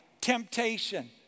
temptation